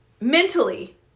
Mentally